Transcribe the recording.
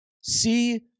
See